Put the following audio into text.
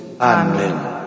Amen